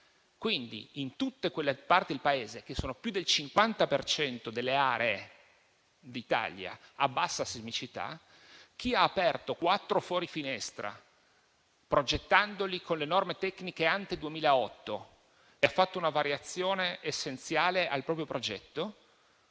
Quindi, in tutte quelle parti del Paese che sono più del 50 per cento delle aree d'Italia a bassa sismicità, chi ha aperto quattro fori finestra progettandoli con le norme tecniche *ante* 2008 e ha fatto una variazione essenziale al proprio progetto